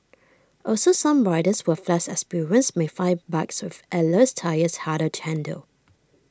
also some riders who have less experience may find bikes with airless tyres harder to handle